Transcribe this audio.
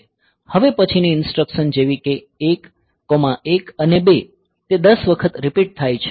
હવે પછીની ઇન્સટ્રકસન્સ જેવી કે 1 1 અને 2 તે 10 વખત રીપીટ થાય છે